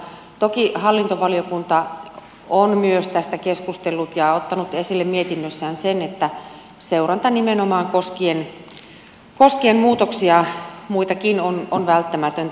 toki hallintovaliokunta on myös tästä keskustellut ja ottanut esille mietinnössään sen että seuranta nimenomaan koskien muutoksia muitakin on välttämätöntä